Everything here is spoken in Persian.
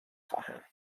خواهم